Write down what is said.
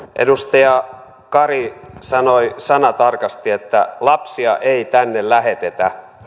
edustaja kari sanoi sanatarkasti että lapsia ei tänne lähetetä